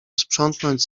sprzątnąć